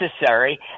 necessary